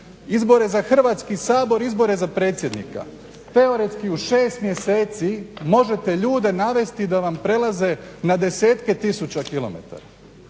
izbore za Hrvatski sabor, izbore za predsjednika teoretski u 6 mjeseci možete ljude navesti da vam prelaze na desetke tisuća kilometara.